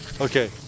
Okay